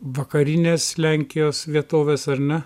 vakarines lenkijos vietoves ar ne